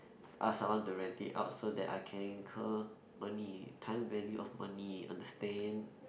ask someone to rent it out so that I can incur money time value of money understand